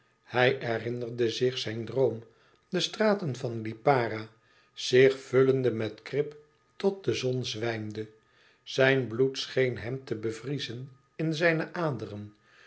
hij herinnerde zich zijn droom de straten van lipara zich vullende met krip tot de zon zwijmde zijn bloed scheen hem te bevriezen in zijne aderen